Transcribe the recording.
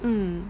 mm